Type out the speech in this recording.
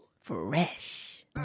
fresh